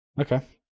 Okay